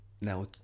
Now